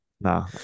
No